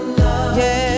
love